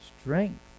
strength